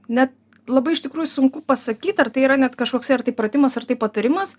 net labai iš tikrųjų sunku pasakyt ar tai yra net kažkoks pratimas ar tai patarimas